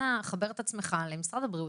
אנא חבר את עצמך למשרד הבריאות.